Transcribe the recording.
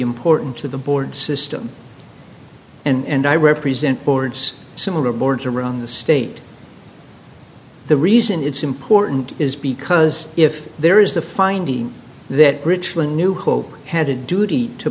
important to the board system and i represent boards similar boards around the state the reason it's important is because if there is the finding that richland new hope had a duty to